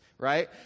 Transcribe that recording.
Right